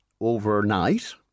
overnight